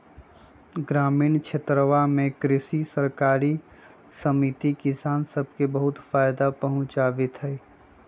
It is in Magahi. ग्रामीण क्षेत्रवा में कृषि सरकारी समिति किसान सब के बहुत फायदा पहुंचावीत हई